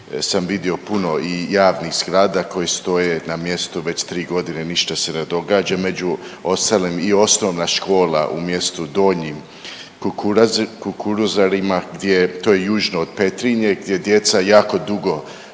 sam vidio puno i javnih zgrada koje stoje na mjestu već 3 godine, ništa se ne događa, među ostalom i osnovna škola u mjestu Donji Kukuruzarama gdje je to južno od Petrinje gdje djeca jako dugo